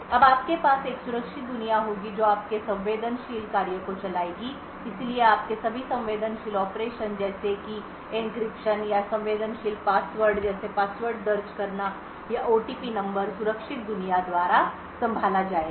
अब आपके पास एक सुरक्षित दुनिया होगी जो आपके संवेदनशील कार्य को चलाएगी इसलिए आपके सभी संवेदनशील ऑपरेशन जैसे कि एन्क्रिप्शन या संवेदनशील पासवर्ड जैसे पासवर्ड दर्ज करना या ओटीपी नंबर सुरक्षित दुनिया द्वारा संभाला जाएगा